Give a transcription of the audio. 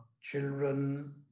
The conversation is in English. children